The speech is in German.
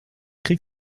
krieg